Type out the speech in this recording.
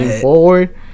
forward